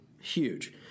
Huge